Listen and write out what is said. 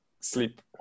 sleep